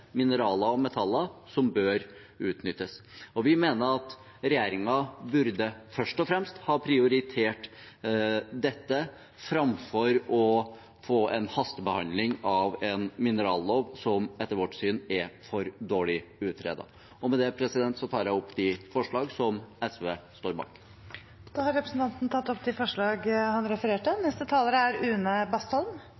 mineraler og metaller som bør utnyttes. Vi mener at regjeringen først og fremst burde ha prioritert dette framfor å få en hastebehandling av en minerallov som etter vårt syn er for dårlig utredet. Med det tar jeg opp forslagene nr. 5–7. Representanten Lars Haltbrekken har tatt opp de forslagene han refererte